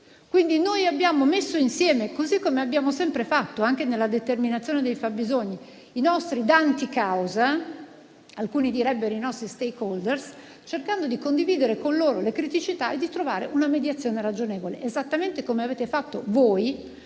Noi abbiamo messo insieme - così come abbiamo sempre fatto, anche nella determinazione dei fabbisogni - i nostri danti causa (alcuni direbbero i nostri *stakeholder*), cercando di condividere con loro le criticità e di trovare una mediazione ragionevole, esattamente come avete fatto voi